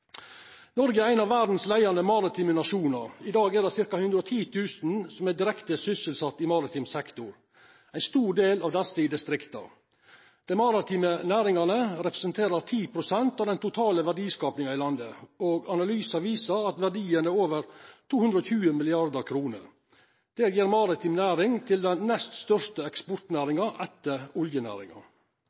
Noreg er ein av verdas leiande maritime nasjonar. I dag er det ca. 110 000 som er direkte sysselsette i maritim sektor – ein stor del av desse i distrikta. Dei maritime næringane representerer 10 pst. av den totale verdiskapinga i landet, og analyser viser at verdien er over 220 mrd. kr. Det gjer maritim næring til den nest største eksportnæringa etter oljenæringa.